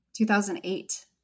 2008